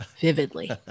vividly